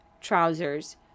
trousers